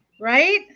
Right